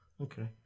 Okay